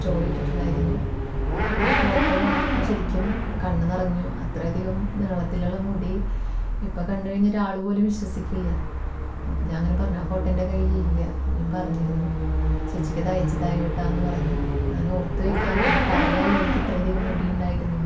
story ഇട്ടിട്ടുണ്ടായിരുന്നു ആ photo കണ്ടപ്പോൾ ശരിക്കും കണ്ണ് നിറഞ്ഞു അത്രയധികം നീളത്തിലുള്ള മുടി ഇപ്പോൾ കണ്ടു കഴിഞ്ഞാൽ ഒരാൾ പോലും വിശ്വസിക്കില്ല അപ്പോൾ ഞാനങ്ങനെ പറഞ്ഞു ആ ഫോട്ടോ എന്റെ കയ്യിലില്ല ഞാന് പറഞ്ഞിരുന്നു ചേച്ചിക്ക് അതയച്ച് തായോ കേട്ടോ എന്ന് പറഞ്ഞു അതിനെ ഓര്ത്തു വയ്ക്കാന് അല്ലെങ്കില് പറയാമല്ലോ എനിക്ക് ഇത്രയധികം മുടി ഉണ്ടായിരുന്നു എന്ന്